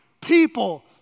people